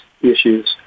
issues